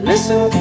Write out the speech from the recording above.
Listen